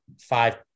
five